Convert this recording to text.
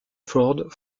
ford